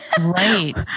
Right